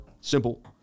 simple